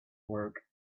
work